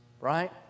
Right